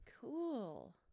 cool